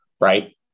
right